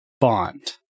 Bond